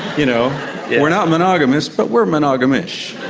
you know we're not monogamous but we're monogamish.